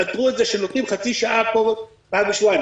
פתרו את זה שנותנים חצי שעה פעם לשבועיים.